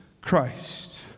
Christ